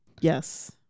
Yes